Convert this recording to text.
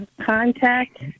contact